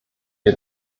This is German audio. wir